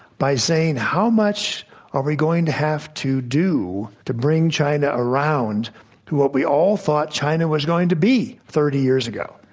by saying, how much are we going to have to do to bring china around to what we all thought china was going to be thirty years ago?